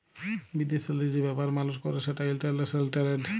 বিদেশেল্লে যে ব্যাপার মালুস ক্যরে সেটা ইলটারল্যাশলাল টেরেড